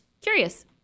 Curious